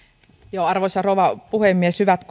arvoisa rouva puhemies hyvät